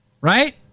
Right